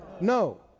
No